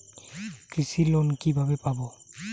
কৃষি লোন কিভাবে পাব?